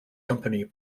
company